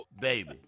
baby